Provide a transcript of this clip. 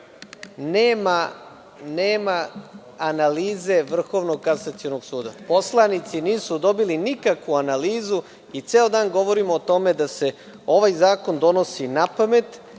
Nema analize Vrhovnog kasacionog suda. Poslanici nisu dobili nikakvu analizu i ceo dan govorimo o tome da se ovaj zakon donosi napamet,